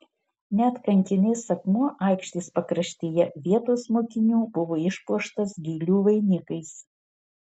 net kankinės akmuo aikštės pakraštyje vietos mokinių buvo išpuoštas gėlių vainikais